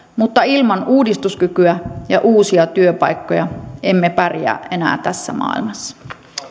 mutta ilman uudistuskykyä ja uusia työpaikkoja emme pärjää enää tässä maailmassa